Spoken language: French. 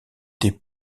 des